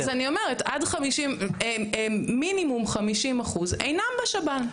לא, אז אני אומרת עד 50, מינימום 50% אינם בשב"ן.